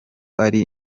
ari